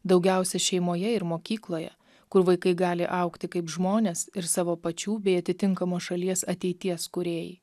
daugiausia šeimoje ir mokykloje kur vaikai gali augti kaip žmonės ir savo pačių bei atitinkamos šalies ateities kūrėjai